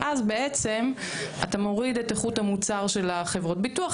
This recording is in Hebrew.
ואז בעצם אתה מוריד את איכות המוצר של החברות ביטוח,